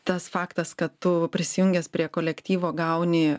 tas faktas kad tu prisijungęs prie kolektyvo gauni